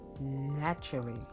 naturally